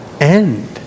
end